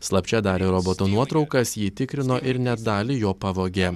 slapčia darė roboto nuotraukas jį tikrino ir net dalį jo pavogė